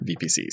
VPCs